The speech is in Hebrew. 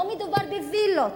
לא מדובר בווילות,